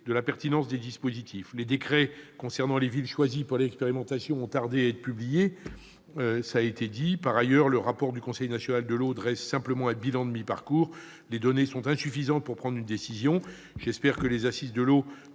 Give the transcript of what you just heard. de la pertinence des dispositifs. Les décrets concernant les villes choisies pour l'expérimentation ont tardé à être publiés. Par ailleurs, le rapport du Comité national de l'eau dresse un simple bilan de mi-parcours. Les données sont donc insuffisantes pour prendre une décision. J'espère que les assises de l'eau